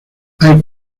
hay